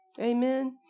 Amen